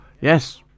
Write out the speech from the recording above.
Yes